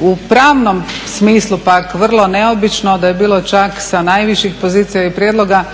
u pravnom smislu pak vrlo neobično da je bilo čak sa najviših pozicija i prijedloga,